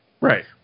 Right